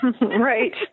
Right